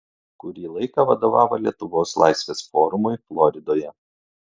kurį laiką vadovavo lietuvos laisvės forumui floridoje